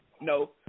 No